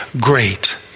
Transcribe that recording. great